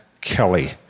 Kelly